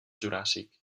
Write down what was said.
juràssic